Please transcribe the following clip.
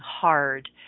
hard